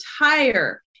entire